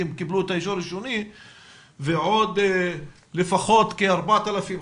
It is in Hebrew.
קיבלו את האישור הראשוני אבל יש עוד לפחות כ-4,000,